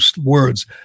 words